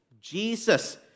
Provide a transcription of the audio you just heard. Jesus